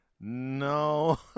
no